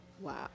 Wow